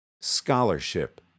scholarship